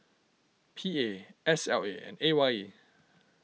P A S L A and A Y E